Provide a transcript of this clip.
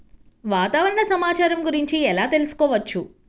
వాతావరణ సమాచారం గురించి ఎలా తెలుసుకోవచ్చు?